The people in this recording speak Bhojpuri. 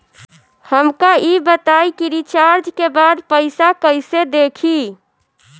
हमका ई बताई कि रिचार्ज के बाद पइसा कईसे देखी?